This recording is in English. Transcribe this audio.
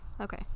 Okay